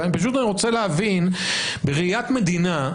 אני פשוט רוצה להבין בראיית מדינה,